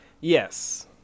Yes